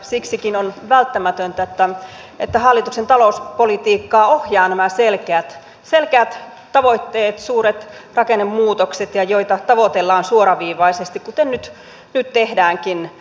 siksikin on välttämätöntä että hallituksen talouspolitiikkaa ohjaavat nämä selkeät tavoitteet suuret rakennemuutokset joita tavoitellaan suoraviivaisesti kuten nyt tehdäänkin